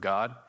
God